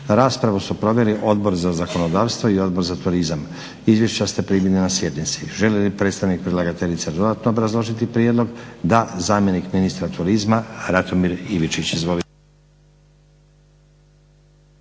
Raspravu su proveli Odbor za zakonodavstvo i Odbor za turizam. Izvješća ste primili na sjednici. Želi li predstavnik predlagateljice dodatno obrazložiti prijedlog? Da. Zamjenik ministra turizma Ratomir Ivičić. Izvolite.